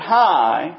high